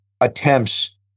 attempts